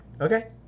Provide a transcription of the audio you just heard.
Okay